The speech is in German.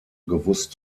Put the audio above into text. gewusst